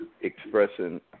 expressing